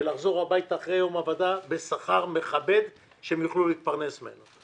ולחזור הביתה אחרי יום עבודה בשכר מכבד שהם יוכלו להתפרנס ממנו.